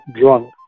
drunk